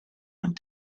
went